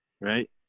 right